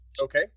Okay